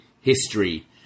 history